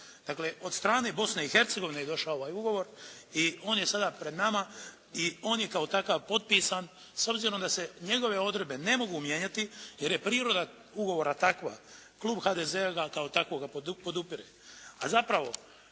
Dakle od strane Bosne i Hercegovine je došao ovaj ugovor. I on je sada pred nama i on je kao takav potpisan. S obzirom da se njegove odredbe ne mogu mijenjati, jer je priroda ugovora takva klub HDZ-a ga kao takvoga podupire. A zapravo